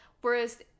Whereas